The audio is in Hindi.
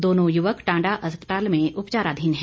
दोनों युवक टांडा अस्पताल में उपचाराधीन हैं